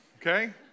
okay